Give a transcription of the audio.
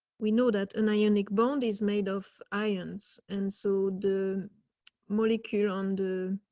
we know that an ionic bond is made of ions. and so the molecule on the,